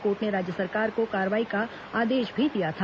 court ने राज्य सरकार को कार्रवाई का आदेश भी दिया था